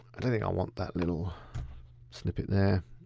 and i think i want that little snippet there.